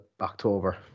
October